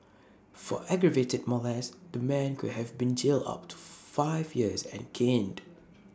for aggravated molest the man could have been jailed up to five years and caned